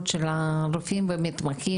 ולכן כרגע יש לקופות חולים אינטרס לשלם למתמחים